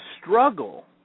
struggle